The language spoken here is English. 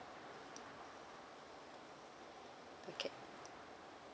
okay